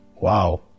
Wow